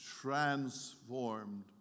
transformed